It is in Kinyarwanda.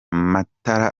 matora